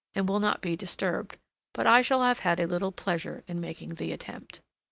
and will not be disturbed but i shall have had a little pleasure in making the attempt.